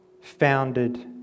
founded